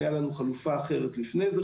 הייתה לנו חלופה אחרת לפני זה,